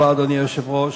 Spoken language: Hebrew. אדוני היושב-ראש,